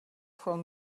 from